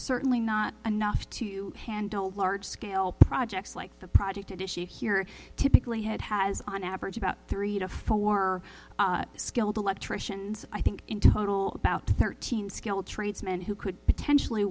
certainly not enough to handle large scale projects like the project at issue here typically had has on average about three to four skilled electricians i think in total about thirteen scale tradesman who could potentially